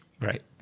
right